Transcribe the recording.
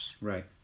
Right